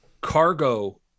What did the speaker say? cargo